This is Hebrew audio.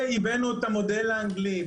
הבאנו את המודל האנגלי,